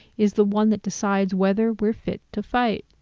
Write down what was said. is the one that decides whether we're fit to fight.